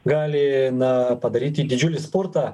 gali na padaryti didžiulį spurtą